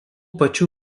pačių